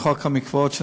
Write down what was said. חוק המקוואות,